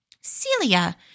Celia